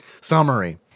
summary